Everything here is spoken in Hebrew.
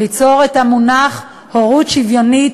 ליצור את המונח הורות שוויונית,